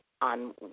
on